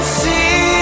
see